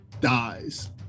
dies